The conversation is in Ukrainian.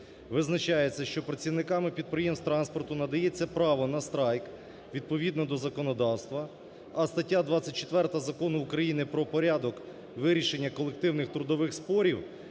визначається, що працівниками підприємств транспорту надається право на страйк відповідно до законодавства. А стаття 24 Закону України "Про порядок вирішення колективних трудових спорів"